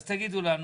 אז תגידו לנו,